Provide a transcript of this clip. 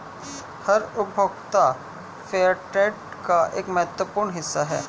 हर उपभोक्ता फेयरट्रेड का एक महत्वपूर्ण हिस्सा हैं